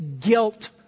guilt